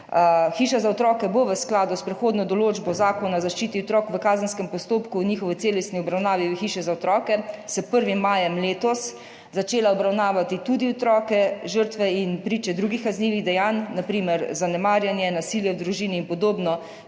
Hiša za otroke bo v skladu s prehodno določbo Zakona o zaščiti otrok v kazenskem postopku in njihovi celostni obravnavi v hiši za otroke s 1. majem letos začela obravnavati tudi otroke žrtve in priče drugih kaznivih dejanj, na primer zanemarjanja, nasilja v družini in podobno,